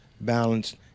balanced